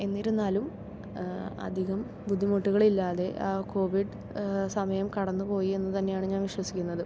എന്നിരുന്നാലും അധികം ബുദ്ധിമുട്ടുകളില്ലാതെ ആ കോവിഡ് സമയം കടന്ന് പോയി എന്ന് തന്നെയാണ് ഞാൻ വിശ്വസിക്കുന്നത്